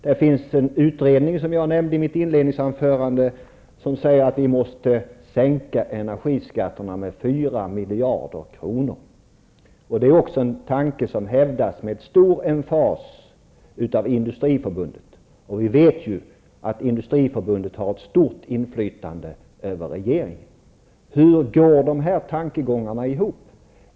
Det finns en utredning, som jag nämnde i mitt inledningsanförande, som säger att vi måste sänka energiskatterna med 4 miljarder kronor. Det är en tanke som med stor emfas hävdas också av Industriförbundet, som ju har ett stort inflytande över regeringen. Hur går de här tankegångarna ihop?